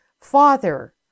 Father